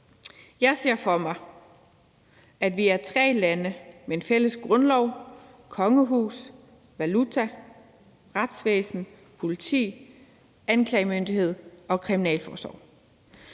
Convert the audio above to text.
Jeg ser for mig, at vi er tre lande med en fælles grundlov, kongehus, valuta, retsvæsen, politi, anklagemyndighed og kriminalforsorg.